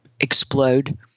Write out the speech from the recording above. explode